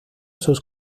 sus